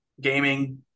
Gaming